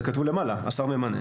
זה כתוב למעלה, "השר ממנה".